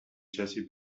jessie